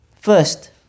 first